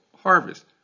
harvest